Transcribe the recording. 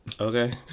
Okay